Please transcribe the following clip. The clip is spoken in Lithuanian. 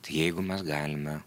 tai jeigu mes galime